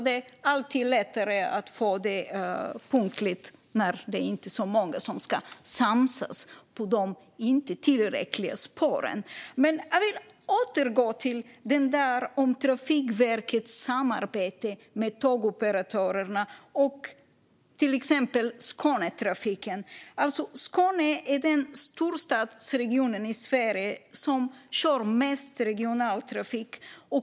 Det är alltid lättare att få punktlig trafik när det inte är så många som ska samsas på de icke tillräckliga spåren. Jag vill återgå till frågan om Trafikverkets samarbete med tågoperatörerna, till exempel Skånetrafiken. Skåne är den storstadsregion i Sverige som kör mest regional trafik.